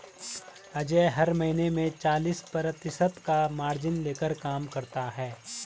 अजय हर महीने में चालीस प्रतिशत का मार्जिन लेकर काम करता है